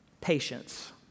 Patience